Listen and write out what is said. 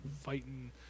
fighting –